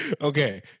Okay